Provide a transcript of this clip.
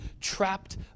trapped